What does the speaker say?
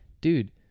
dude